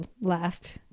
last